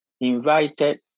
invited